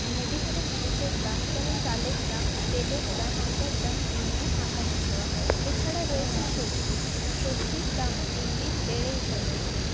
মুদিখানার জিনিসের দাম যেমন চালের দাম তেলের দাম আটার দাম দিন দিন আকাশ ছোঁয়া এছাড়া রয়েছে সবজি সবজির দামও দিন দিন বেড়েই চলেছে